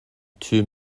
two